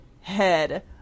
head